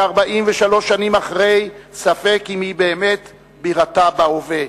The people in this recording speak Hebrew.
ש-43 שנים אחרי ספק אם היא באמת בירתה בהווה.